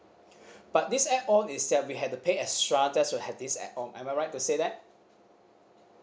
but this add on is that we have to pay extra just to have this add on I am I right to say that